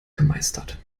gemeistert